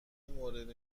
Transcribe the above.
مورد